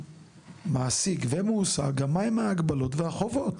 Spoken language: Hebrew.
מעסיק ומועסק מה הן ההגבלות והחובות?